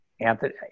anthony